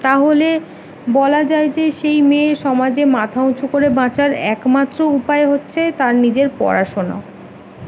তাহলে বলা যায় যে সেই মেয়ে সমাজে মাথা উঁচু করে বাঁচার একমাত্র উপায় হচ্ছে তার নিজের পড়াশোনা